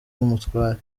umutware